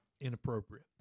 inappropriate